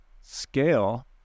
scale